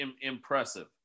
impressive